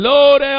Lord